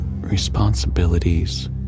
responsibilities